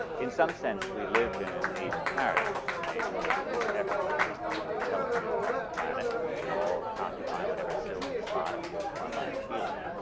in some sense, we live in an age of paradox, an and age in which it is effortless to telecommute across the planet, in which we could all occupy whatever sylvan spot appeals to our biophilia.